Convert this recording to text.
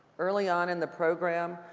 early on in the program,